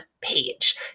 page